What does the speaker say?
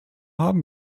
haben